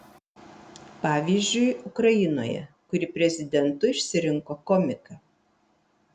pavyzdžiui ukrainoje kuri prezidentu išsirinko komiką